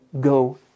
go